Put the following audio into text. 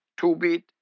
two-beat